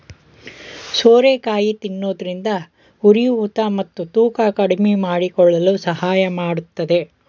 ಸೋರೆಕಾಯಿ ತಿನ್ನೋದ್ರಿಂದ ಉರಿಯೂತ ಮತ್ತು ತೂಕ ಕಡಿಮೆಮಾಡಿಕೊಳ್ಳಲು ಸಹಾಯ ಮಾಡತ್ತದೆ